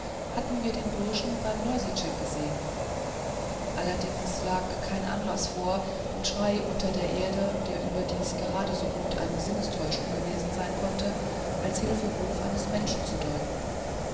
hatten wir den burschen beim loisitschek gesehen allerdings lag kein anlaß vor den schrei unter der erde der überdies geradesogut eine sinnestäuschung gewesen sein konnte als hilferuf eines menschen zu deuten